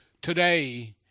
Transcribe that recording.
Today –